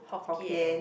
Hokkien